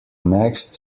next